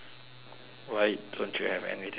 why don't you have anything to say